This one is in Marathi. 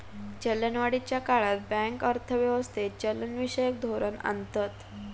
चलनवाढीच्या काळात बँक अर्थ व्यवस्थेत चलनविषयक धोरण आणतत